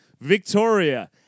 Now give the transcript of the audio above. Victoria